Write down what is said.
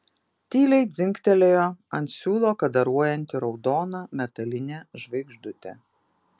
tyliai dzingtelėjo ant siūlo kadaruojanti raudona metalinė žvaigždutė